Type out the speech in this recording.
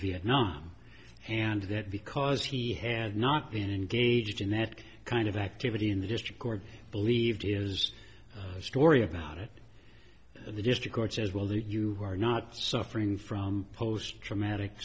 vietnam and that because he had not been engaged in that kind of activity in the district court believed his story about it in the district courts as well that you are not suffering from post traumatic